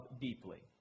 deeply